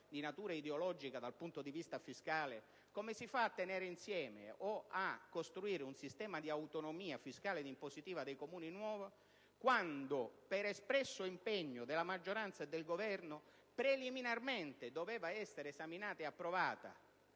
di natura ideologica dal punto di vista fiscale, un sistema di autonomia fiscale ed impositiva dei Comuni nuovo quando, per espresso impegno della maggioranza e del Governo, preliminarmente doveva essere esaminata ed approvata